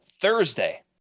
thursday